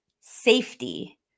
safety